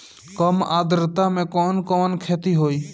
कम आद्रता में कवन कवन खेती होई?